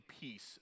peace